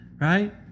right